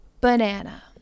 banana